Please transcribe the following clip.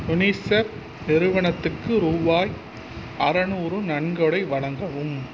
UNICEF நிறுவனத்துக்கு ரூபாய் அறநூறு நன்கொடை வழங்கவும்